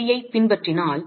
3 ஐப் பின்பற்றினால்